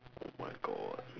oh my god